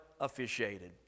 officiated